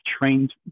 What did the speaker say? trained